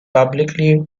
publicly